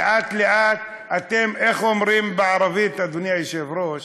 לאט-לאט, אתם, איך אומרים בערבית, אדוני היושב-ראש